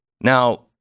Now